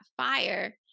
fire